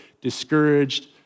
discouraged